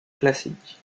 classique